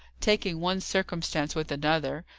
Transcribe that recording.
taking one circumstance with another.